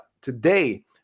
today